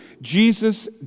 Jesus